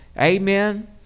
amen